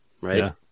right